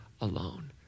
alone